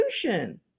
solution